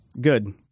Good